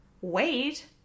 wait